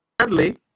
sadly